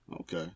Okay